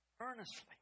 earnestly